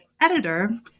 editor